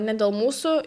ne dėl mūsų